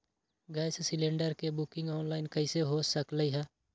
Gas cylinder के booking online कईसे हो सकलई ह?